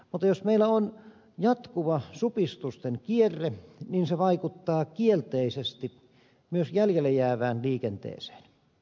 mutta jos meillä on jatkuva supistusten kierre niin se vaikuttaa kielteisesti myös jäljelle jäävään liikenteeseen